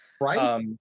Right